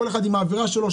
כל אחד עם העבירה שלו,